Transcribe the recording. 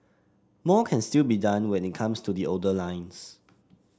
more can still be done when it comes to the older lines